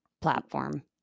platform